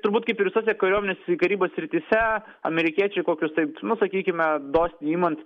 turbūt kaip ir visose kariuomenės karybos srityse amerikiečiai kokius taip nu sakykime dosniai imant